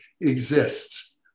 exists